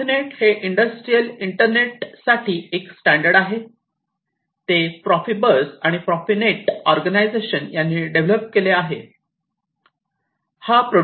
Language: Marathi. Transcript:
प्रोफिनेट हे इंडस्ट्रियल इथरनेटसाठी एक स्टॅंडर्ड आहे ते प्रोफिबस आणि प्रोफेनेट ऑर्गनायझेशन यांनी डेव्हलप केले आहे